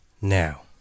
Now